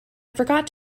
forgot